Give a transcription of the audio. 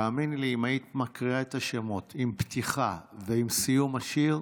תאמיני לי שאם היית מקריאה את השמות עם פתיחה ועם סיום השיר,